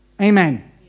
Amen